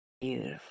beautiful